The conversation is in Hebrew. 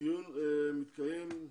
הדיון מתקיים,